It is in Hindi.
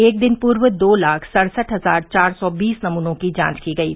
एक दिन पूर्व दो लाख सड़सठ हजार चार सौ बीस नमूनों की जांच की गयी